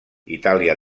itàlia